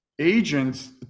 agents